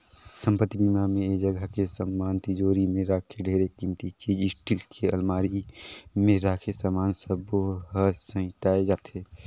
संपत्ति बीमा म ऐ जगह के समान तिजोरी मे राखे ढेरे किमती चीच स्टील के अलमारी मे राखे समान सबो हर सेंइताए जाथे